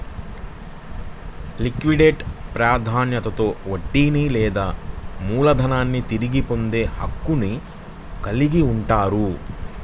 liquidate ప్రాధాన్యతలో వడ్డీని లేదా మూలధనాన్ని తిరిగి పొందే హక్కును కలిగి ఉంటారు